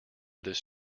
this